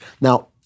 Now